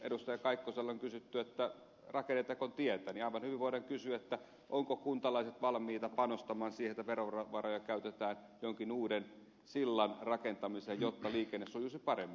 kaikkoselta on kysytty rakennetaanko tietä aivan hyvin voidaan kysyä ovatko kuntalaiset valmiita panostamaan siihen että verovaroja käytetään jonkin uuden sillan rakentamiseen jotta liikenne sujuisi paremmin